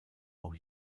auch